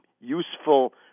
useful